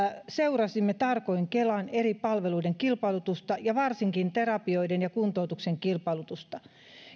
seurasimme tarkoin kelan eri palveluiden kilpailutusta ja varsinkin terapioiden ja kuntoutuksen kilpailutusta